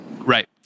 Right